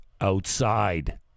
outside